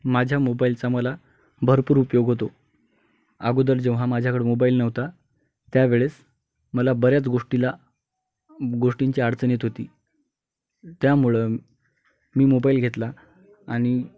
माझ्या मोबाईलचा मला भरपूर उपयोग होतो आगोदर जेव्हा माझ्याकड मोबाईल नव्हता त्यावेळेस मला बऱ्याच गोष्टीला गोष्टींची अडचनी येत होती त्यामुळं मी मोबाईल घेतला आणि